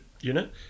unit